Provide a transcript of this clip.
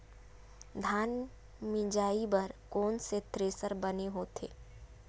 धान मिंजई बर कोन से थ्रेसर बने होथे?